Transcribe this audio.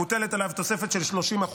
מוטלת עליו תוספת של 30%,